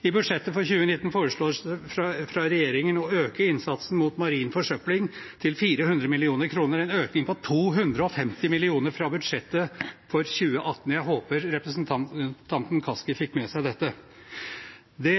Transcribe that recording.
I budsjettet for 2019 foreslår regjeringen å øke innsatsen mot marin forsøpling til 400 mill. kr, en økning på 250 mill. kr fra budsjettet for 2018. Jeg håper representanten Kaski fikk med seg dette. Det